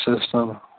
System